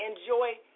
enjoy